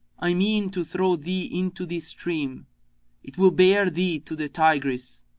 i mean to throw thee into this stream it will bear thee to the tigris.